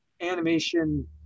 animation